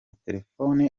telefone